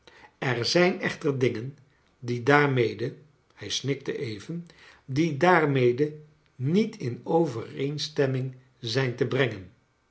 er zijn echter dingen die daarmede hi snikte even die daarmede niet in overeenstemming zijn te brengen